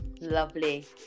Lovely